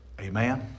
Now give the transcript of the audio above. Amen